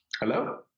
Hello